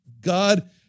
God